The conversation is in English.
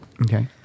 Okay